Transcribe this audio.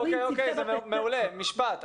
אוקיי, מעולה, משפט.